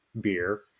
beer